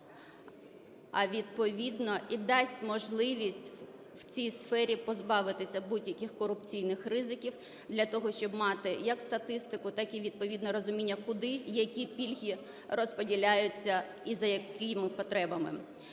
а відповідно і дасть можливість у цій сфері позбавитися будь-яких корупційних ризиків для того, щоб мати як статистику, так і відповідне розуміння, куди які пільги розподіляються і за якими потребами.